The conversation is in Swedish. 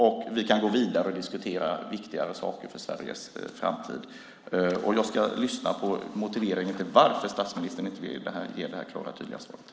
Då kan vi gå vidare och diskutera saker som är viktigare för Sveriges framtid. Jag ska lyssna på motiveringen till att statsministern inte vill ge detta klara och tydliga svar.